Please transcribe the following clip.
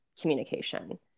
communication